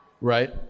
Right